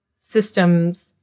systems